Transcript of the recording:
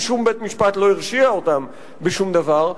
כי שום בית-משפט לא הרשיע אותם בשום דבר,